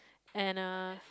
and uh